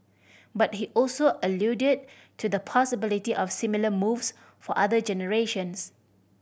but he also alluded to the possibility of similar moves for other generations